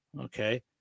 Okay